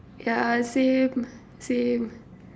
yeah same same